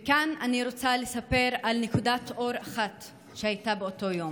וכאן אני רוצה לספר על נקודת אור אחת שהייתה באותו יום,